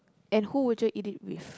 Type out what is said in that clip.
and who would you eat it with